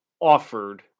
offered